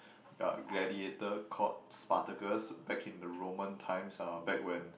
gla~ gladiator called Spartacus back in the Roman times uh back when